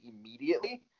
immediately